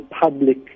public